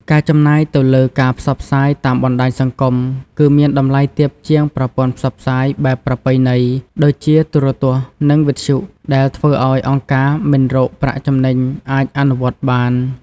ការចំណាយទៅលើការផ្សព្វផ្សាយតាមបណ្តាញសង្គមគឺមានតម្លៃទាបជាងប្រព័ន្ធផ្សព្វផ្សាយបែបប្រពៃណីដូចជាទូរទស្សន៍ និងវិទ្យុ ដែលធ្វើឲ្យអង្គការមិនរកប្រាក់ចំណេញអាចអនុវត្តបាន។